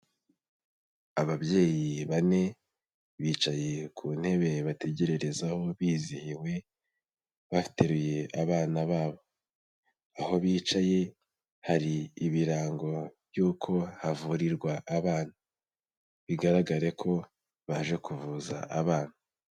Ababyeyi bane bicaye ku ntebe bategererezaho bizihiwe bateruye abana babo, aho bicaye hari ibirango by'uko havurirwa abana, bigaragare ko baje kuvuza abana.